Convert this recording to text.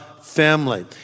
family